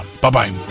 Bye-bye